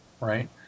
right